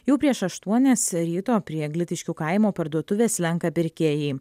jau prieš aštuonias ryto prie glitiškių kaimo parduotuvės slenka pirkėjai